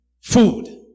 food